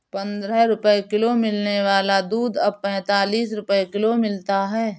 पंद्रह रुपए किलो मिलने वाला दूध अब पैंतालीस रुपए किलो मिलता है